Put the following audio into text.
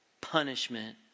punishment